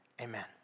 Amen